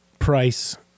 price